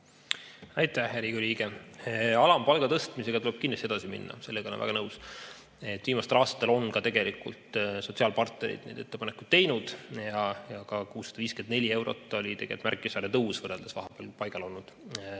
Riigikogu liige! Alampalga tõstmisega tuleb kindlasti edasi minna, sellega olen väga nõus. Viimastel aastatel on ka tegelikult sotsiaalpartnerid neid ettepanekuid teinud ja ka 654 eurot oli tegelikult märkimisväärne tõus võrreldes vahepeal paigal olnud